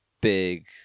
big